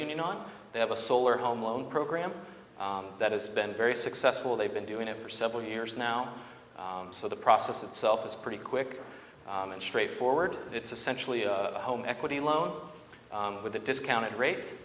union on they have a solar home loan program that has been very successful they've been doing it for several years now so the process itself is pretty quick and straightforward it's essentially a home equity loan with a discounted rate